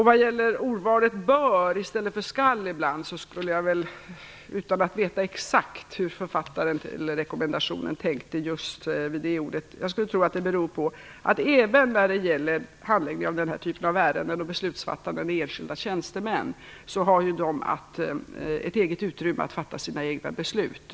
Vad gäller ordvalet "bör" i stället för "skall" skulle jag, utan att veta exakt hur författaren tänkt, säga att när det gäller handläggningen av den här typen av ärenden av beslutsfattande enskilda tjänstemän har dessa ett eget utrymme att fatta sina beslut.